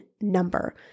number